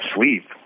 sleep